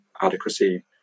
adequacy